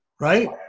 right